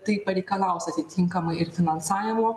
tai pareikalaus atitinkamai ir finansavimo